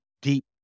deep